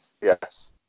Yes